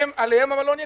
עליהם המלון יקבל.